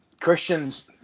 Christian's